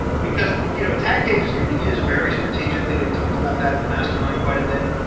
because you know, tag pages can be used very strategically, we've talked about that in the mastermind quite a bit.